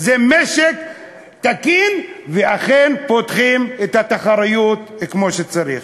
זה משק תקין, ואכן פותחים את התחרות כמו שצריך.